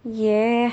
ya